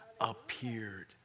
appeared